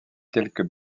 quelques